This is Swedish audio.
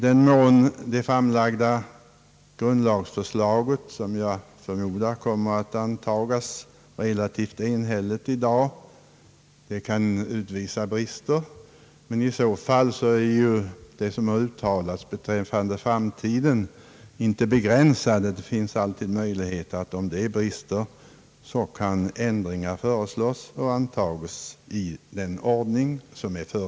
Det framlagda <grundlagsförslaget, som jag förmodar kommer att antagas relativt enhälligt i dag, kan utvisa brister, men de kan begränsas i tiden. Om det föreligger brister, finns det alltid möjlighet att i den ordning som är föreskriven föreslå och anta ändringar.